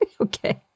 Okay